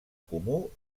comú